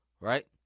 Right